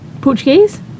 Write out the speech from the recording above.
Portuguese